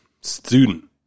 student